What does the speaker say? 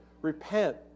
Repent